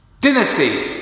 Dynasty